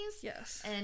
yes